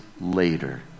later